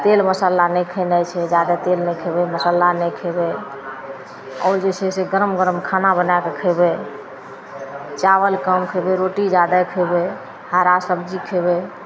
तेल मसल्ला नहि खएनाइ छै जादे तेल नहि खएबै मसल्ला नहि खएबै आओर जे छै से गरम गरम खाना बनैके खएबै चावल कम खएबै रोटी जादे खएबै हरा सबजी खएबै